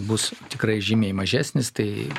bus tikrai žymiai mažesnis tai